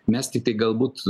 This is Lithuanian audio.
mes tiktai galbūt